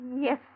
Yes